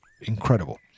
incredible